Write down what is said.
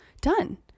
Done